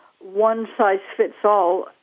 one-size-fits-all